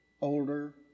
older